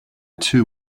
too